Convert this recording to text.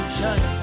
Shine